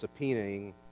subpoenaing